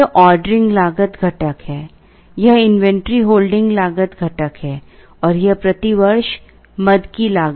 यह ऑर्डरिंग लागत घटक है यह इन्वेंट्री होल्डिंग लागत घटक है और यह प्रति वर्ष मद की लागत है